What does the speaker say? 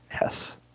Yes